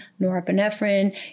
norepinephrine